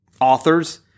authors